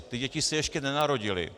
Ty děti se ještě nenarodily.